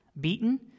beaten